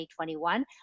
2021